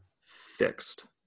fixed